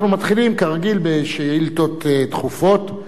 456. מכרז שירותי בריאות התלמיד 7 ניצן הורוביץ (מרצ):